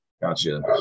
Gotcha